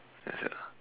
ya sia